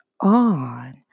on